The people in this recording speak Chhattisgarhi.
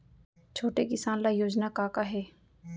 छोटे किसान ल योजना का का हे?